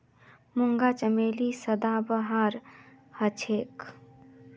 मूंगा चमेली सदाबहार हछेक